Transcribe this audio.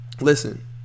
listen